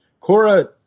Cora